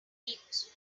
hijos